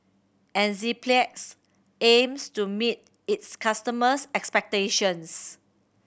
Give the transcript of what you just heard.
Enzyplex aims to meet its customers' expectations